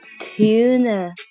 Tuna